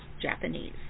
Japanese